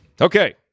Okay